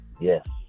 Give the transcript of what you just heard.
Yes